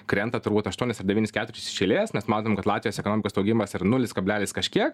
krenta turbūt aštuonis ar devynis ketvirčius iš eilės mes matom kad latvijos ekonomikos augimas ir nulis kablelis kažkiek